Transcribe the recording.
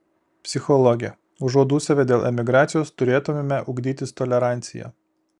psichologė užuot dūsavę dėl emigracijos turėtumėme ugdytis toleranciją